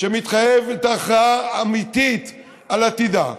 שמתחייבת הכרעה אמיתית על עתידה,